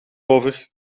over